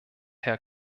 herr